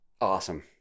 Awesome